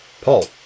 Paul